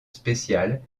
spéciale